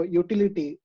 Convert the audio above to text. utility